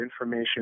information